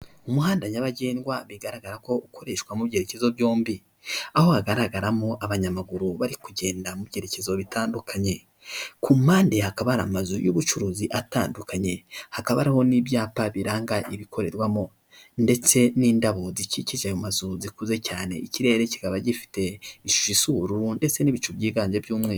Umuhanda nyabagendwa bigaragara ko ukoreshwamo mu byerekezo byombi aho hagaragaramo abanyamaguru bari kugenda mu byerekezo bitandukanye ku mpande hakaba hari ari amazu y'ubucuruzi atandukanye hakaba n'ibyapa biranga ibikorerwamo ndetse n'indabo zikikije mu mazu zikuze cyane ikirere kikaba gifite ishusho isuru ndetse n'ibicu byiganje by'umweru.